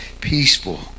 peaceful